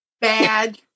bad